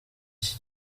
iki